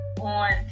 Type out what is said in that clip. on